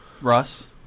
Russ